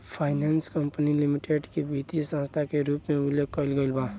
finance company limited के वित्तीय संस्था के रूप में उल्लेख कईल गईल बा